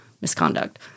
misconduct